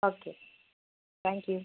okay thank you